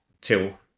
till